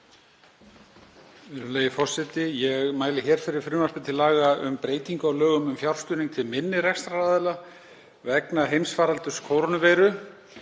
Virðulegi forseti. Ég mæli fyrir frumvarpi til laga um breytingu á lögum um fjárstuðning til minni rekstraraðila vegna heimsfaraldurs kórónuveiru,